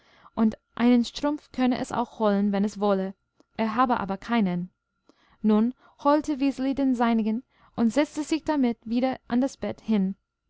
und einen strumpf könne es auch holen wenn es wolle er habe aber keinen nun holte wiseli den seinigen und setzte sich damit wieder an das bett hin